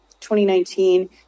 2019